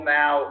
now